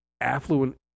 affluent